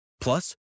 Plus